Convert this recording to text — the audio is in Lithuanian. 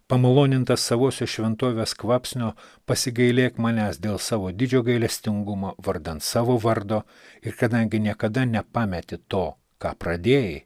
pamaloninta savosios šventovės kvapsnio pasigailėk manęs dėl savo didžio gailestingumo vardan savo vardo ir kadangi niekada nepameti to ką pradėjai